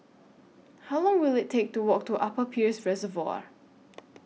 How Long Will IT Take to Walk to Upper Peirce Reservoir